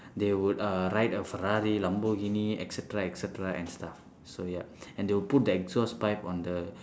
they would uh ride a ferrari lamborghini et cetera et cetera and stuff so ya and they would put the exhaust pipe on the